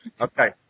Okay